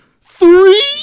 Three